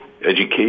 education